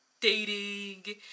dating